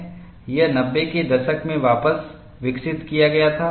यह 90 के दशक में वापस विकसित किया गया था